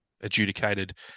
adjudicated